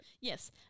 Yes